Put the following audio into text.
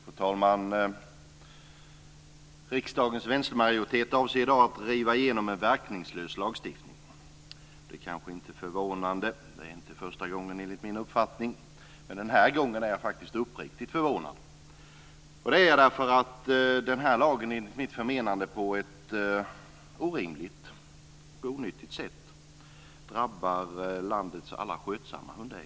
Fru talman! Riksdagens vänstermajoritet avser i dag att driva igenom en verkningslös lagstiftning. Detta är kanske inte förvånande. Enligt min uppfattning är det inte första gången som det sker. Men den här gången är jag faktiskt uppriktigt förvånad därför att det här förslaget till lag, enligt mitt förmenande, på ett orimligt och onyttigt sätt drabbar landets alla skötsamma hundägare.